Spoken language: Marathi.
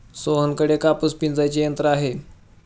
सोहनकडे कापूस पिंजायचे यंत्र आहे